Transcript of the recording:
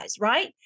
right